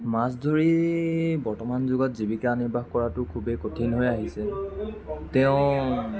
মাছ ধৰি বৰ্তমান যুগত জীৱিকা নিৰ্বাহ কৰাটো খুবেই কঠিন হৈ আহিছে তেওঁ